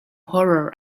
horror